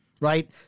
Right